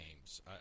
games